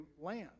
land